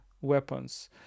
weapons